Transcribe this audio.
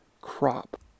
crop